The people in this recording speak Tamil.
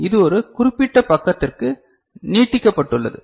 எனவே இது ஒரு குறிப்பிட்ட பக்கத்திற்கு நீட்டிக்கப்பட்டுள்ளது